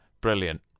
brilliant